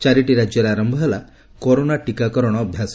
ଚାରିଟି ରାଜ୍ୟରେ ଆରମ୍ଭ ହେଲା କରୋନା ଟିକାକରଣ ଅଭ୍ୟାସ